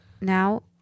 Now